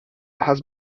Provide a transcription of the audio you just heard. has